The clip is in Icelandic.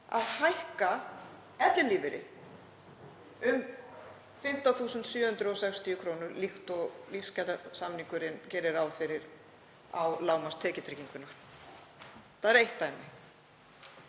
að hækka ellilífeyri um 15.760 kr. líkt og lífskjarasamningurinn gerir ráð fyrir á lágmarkstekjutrygginguna. Það er eitt dæmi.